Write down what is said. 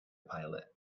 pilot